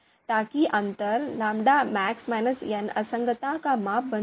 ताकि अंतर λmax n असंगतता का माप बन जाए